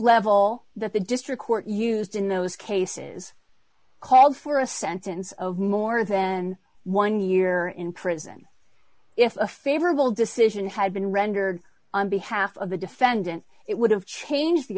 all that the district court used in those cases called for a sentence of more than one year in prison if a favorable decision had been rendered on behalf of the defendant it would have changed the